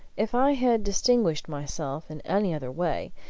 if i had distinguished myself in any other way,